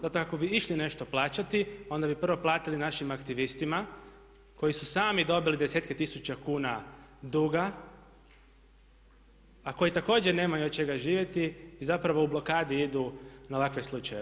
Zato ako bi išli nešto plaćati, onda bi prvo platili našim aktivistima koji su sami dobili desetke tisuća kuna duga, a koji također nemaju od čega živjeti i zapravo u blokadi idu na ovakve slučajeve.